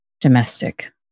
domestic